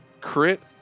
Crit